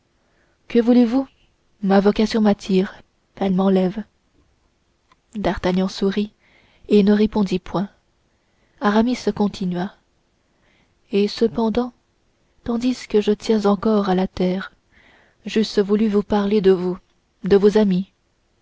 que voulez-vous ma vocation m'attire elle m'enlève d'artagnan sourit et ne répondit point aramis continua et cependant tandis que je tiens encore à la terre j'eusse voulu vous parler de vous de nos amis